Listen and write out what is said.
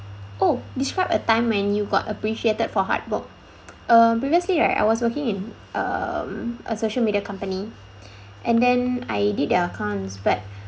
oh describe a time when you got appreciated for hard work uh previously right I was working in um a social media company and then I did the accounts but